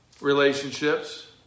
relationships